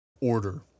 order